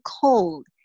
cold